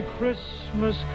Christmas